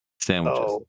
sandwiches